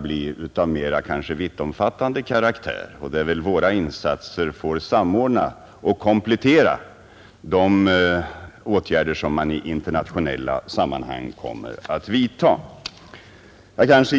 blir av mera vittomfattande karaktär och där väl våra insatser får samordnas med och komplettera de åtgärder som man kan komma fram till i internationellt sammanhang.